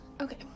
okay